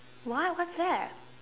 what what's that